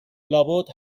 لابد